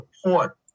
support